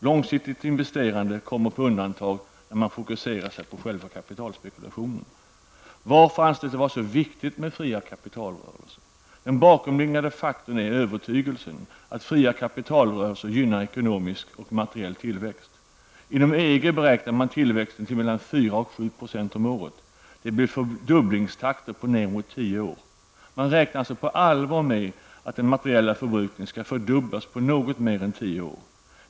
Långsiktigt investerande kommer på undantag när man fokuserar sig på själva kapitalspekulationen. Varför anses det vara så viktigt med fria kapitalrörelser? Den bakomliggande faktorn är övertygelsen att fria kapitalrörelser gynnar ekonomisk och materiell tillväxt. Inom EG beräknar man tillväxten till mellan 4 och 7 % per år, dvs. fördubblingstakter på ner mot tio år. Man räknar på allvar med att den materiella förbrukningen skall fördubblas på något mer än tio år.